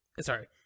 sorry